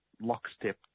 lockstep